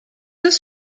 deux